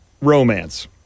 Romance